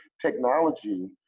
technology